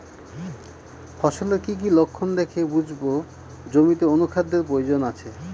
ফসলের কি কি লক্ষণ দেখে বুঝব জমিতে অনুখাদ্যের প্রয়োজন আছে?